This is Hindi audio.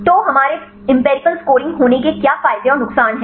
तो हमारे एम्पिरिकल स्कोरिंग होने के क्या फायदे और नुकसान हैं